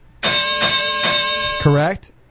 Correct